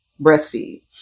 breastfeed